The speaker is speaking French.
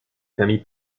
familles